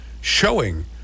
showing